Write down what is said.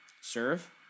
Serve